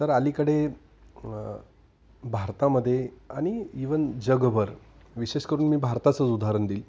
तर अलीकडे भारतामध्ये आणि इवन जगभर विशेष करून मी भारताचंच उदाहरण देईल